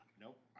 Nope